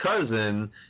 cousin